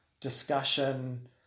discussion